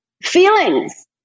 feelings